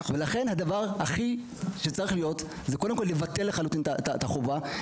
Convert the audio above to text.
יש לבטל לחלוטין את החובה,